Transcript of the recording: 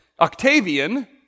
Octavian